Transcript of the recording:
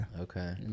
okay